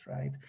right